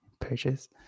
purchase